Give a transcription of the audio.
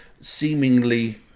seemingly